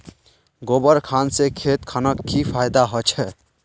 गोबर खान से खेत खानोक की फायदा होछै?